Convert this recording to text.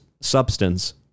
substance